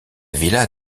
villa